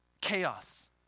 Chaos